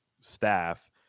staff